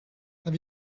have